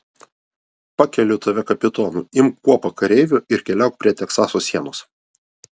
pakeliu tave kapitonu imk kuopą kareivių ir keliauk prie teksaso sienos